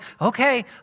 okay